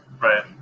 Right